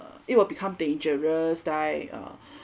uh it will become dangerous die uh